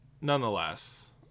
nonetheless